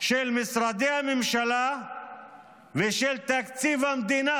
של משרדי הממשלה ושל תקציב המדינה.